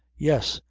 yes,